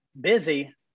busy